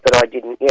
i didn't, yes,